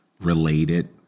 related